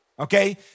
Okay